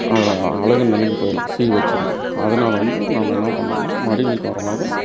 அழுகின நிலைக்கு போயிடும் சீ வச்சிரும் அதனால வந்து நாம் என்ன பண்ணும்னா மடி வீக்கம் வரும்போது